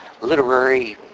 literary